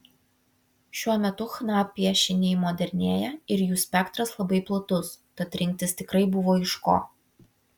šiuo metu chna piešiniai modernėja ir jų spektras labai platus tad rinktis tikrai buvo iš ko